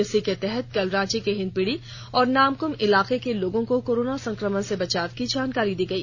इसी के तहत कल रांची के हिंदपीढ़ी और नामकुम इलाके के लोगों को कोरोना संक्रमण से बचाव की जानकारी दी गई